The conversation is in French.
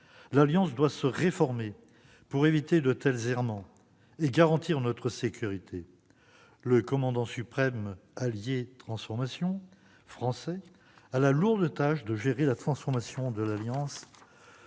L'Alliance doit se réformer pour éviter de tels errements et garantir notre sécurité. Le commandant suprême allié Transformation (SACT), un Français, a la lourde tâche de gérer sa transformation. Notre